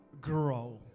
grow